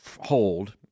hold